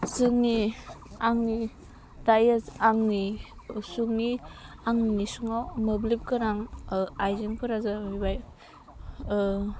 जोंनि आंनि दायो आंनि उसुंनि आंनि उसुंआव मोब्लिब गोनां आइजेंफोरा जाहैबाय